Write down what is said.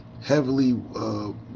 heavily